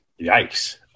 Yikes